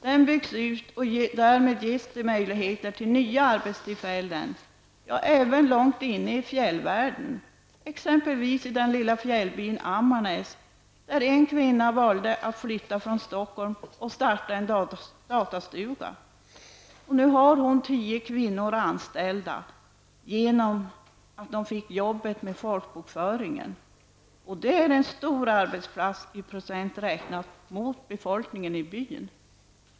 Den byggs nu ut och ger därmed möjligheter till nya arbetstillfällen även långt inne i fjällvärlden, exempelvis i den lilla byn Stockholm och starta en datastuga. Nu har hon tio kvinnor anställda genom att de fick jobbet med folkbokföringen. Det är en stor arbetsplats räknat i procent av befolkningen i byn.